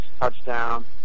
touchdown